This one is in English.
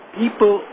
people